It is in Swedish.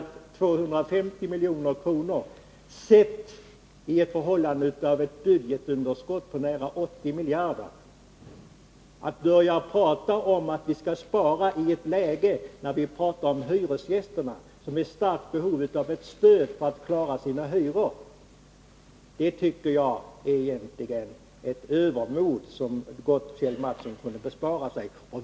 250 milj.kr. skall här ses i förhållande till ett budgetunderskott på nära 80 miljarder. Att börja prata om att vi skall spara när det gäller hyresgästerna, som är i stort behov av ett stöd för att klara sina hyror, det tycker jag egentligen är ett övermod som Kjell Mattsson gott kunde bespara sig.